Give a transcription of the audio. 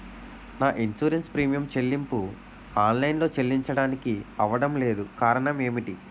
నా insurance premium చెల్లింపు online లో చెల్లించడానికి అవ్వడం లేదు కారణం ఏమిటి?